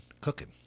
cooking